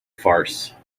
farce